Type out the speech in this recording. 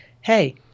Hey